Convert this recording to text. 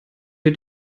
der